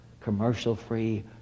commercial-free